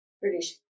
British